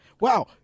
Wow